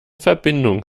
verbindung